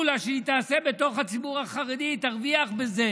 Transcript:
לה שהיא תעשה בתוך הציבור החרדי והיא תרוויח מזה,